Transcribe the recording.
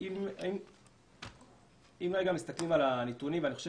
אם מסתכלים על הנתונים ואני חושב